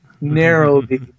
narrowly